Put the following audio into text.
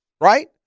Right